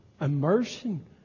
immersion